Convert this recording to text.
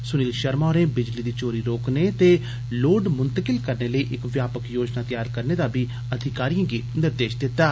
सुनील शर्मा होरें बिजली दी चोरी रोकने ते लोड मुतकिल करने लेई इक व्यापक योजना तैयार करने दा बी अधिकारिएं गी निर्देश दित्ता